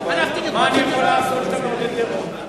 מה אני יכול לעשות שאתה מעודד טרור?